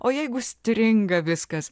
o jeigu stringa viskas